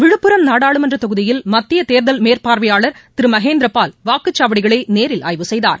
விழுப்புரம் நாடாளுமன்றத் தொகுதியில் மத்திய தேர்தல் மேற்பார்வையாளர் திரு மகேந்திர பால் வாக்குச்சாவடிகளை நேரில் ஆய்வு செய்தார்